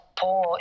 poor